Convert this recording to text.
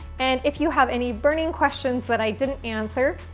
and if you have any burning questions that i didn't answer,